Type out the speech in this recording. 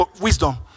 wisdom